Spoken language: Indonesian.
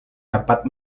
dapat